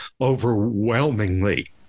overwhelmingly